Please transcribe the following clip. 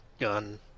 gun